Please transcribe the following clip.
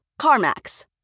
CarMax